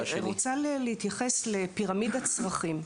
אני רוצה להתייחס לפירמידת צרכים,